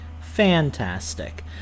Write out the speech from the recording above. Fantastic